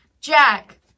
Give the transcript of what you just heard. Jack